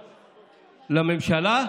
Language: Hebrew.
לממשלה,